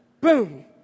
Boom